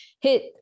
hit